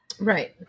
Right